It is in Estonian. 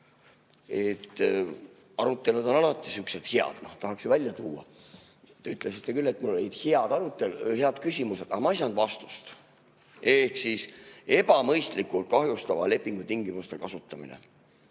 Arutelud on alati head, tahaks ju välja tuua. Te ütlesite küll, et mul olid head küsimused, aga ma ei saanud vastust. Ebamõistlikult kahjustava lepingutingimuse kasutamine.